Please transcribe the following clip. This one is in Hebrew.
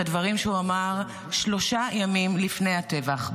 הדברים שהוא אמר שלושה ימים לפני הטבח,